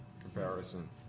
comparison